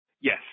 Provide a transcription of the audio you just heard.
Yes